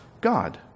God